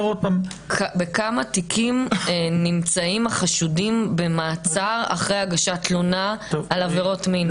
בכמה תיקים נמצאים החשודים במעצר אחרי הגשת תלונה על עבירות מין?